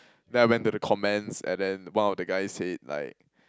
then I went to the comments and then one of the guy said like